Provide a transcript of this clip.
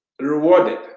rewarded